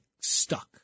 stuck